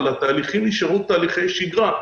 אבל התהליכים נשארו תהליכי שגרה,